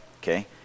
Okay